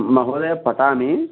महोदय पठामि